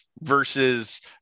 versus